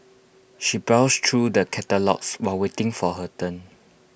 she browsed through the catalogues while waiting for her turn